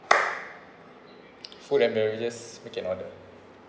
food and beverages make an order